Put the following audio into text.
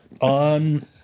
On